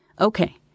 okay